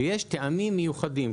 ויש טעמים מיוחדים,